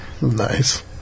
Nice